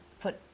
put